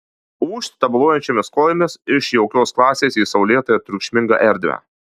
ūžt tabaluojančiomis kojomis iš jaukios klasės į saulėtą ir triukšmingą erdvę